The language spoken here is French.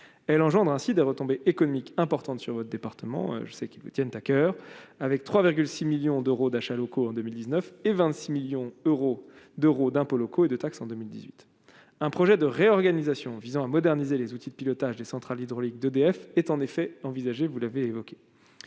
elle engendre ainsi des retombées économiques importantes sur votre département, je sais qui me tiennent à coeur, avec 3,6 millions d'euros d'achat locaux en 2000 19 et 26 millions euros d'euros d'impôts locaux et de taxes en 2018, un projet de réorganisation visant à moderniser les outils de pilotage des centrales hydrauliques d'EDF est en effet envisagé, vous l'avez évoqué